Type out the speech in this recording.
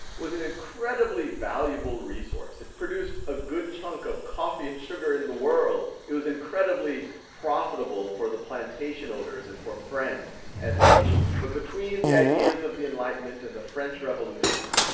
was an incredibly valuable resource. it produced a good chunk of coffee and sugar in the world. it was incredibly profitable for the plantation owners and for france as a nation. but between the ideas of the enlightenment and the french revolution,